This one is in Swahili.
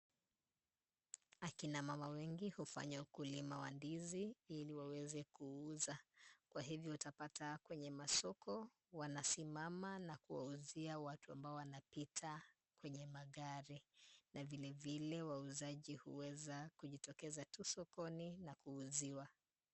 Akina mama wengi hufanya ukulima wa ndizi, ili waweze kuuza. Kwa hivyo utapata kwenye masoko wanasimama na kuwauzia watu ambao wanapita kwenye magari na vilevile wauzaji huweza kujitokeza tu sokoni na kuuziwa.